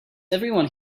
everyone